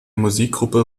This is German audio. musikgruppe